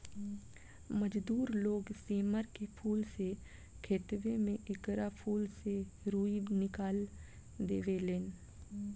मजदूर लोग सेमर के फूल से खेतवे में एकरा फूल से रूई निकाल देवे लेन